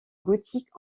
gothique